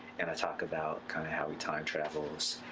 and i talk about kind of how he time travels,